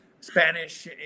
Spanish